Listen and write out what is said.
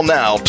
now